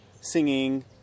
singing